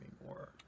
anymore